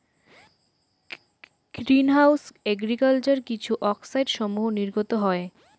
green house agriculture কিছু অক্সাইডসমূহ নির্গত হয়